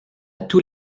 tous